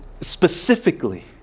Specifically